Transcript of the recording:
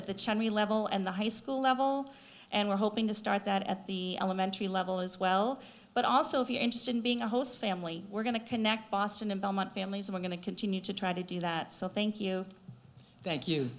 at the cherry level and the high school level and we're hoping to start that at the elementary level as well but also if you're interested in being a host family we're going to connect boston and belmont families and we're going to continue to try to do that so thank you thank you